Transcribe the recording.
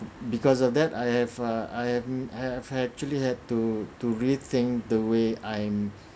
because of that I have a I have mm I have actually had to to rethink the way I'm